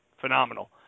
phenomenal